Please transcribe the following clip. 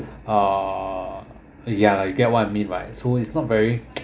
uh ya you get what I mean right so it's not very